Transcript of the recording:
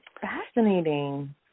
fascinating